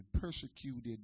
persecuted